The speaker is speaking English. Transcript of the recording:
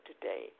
today